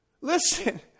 Listen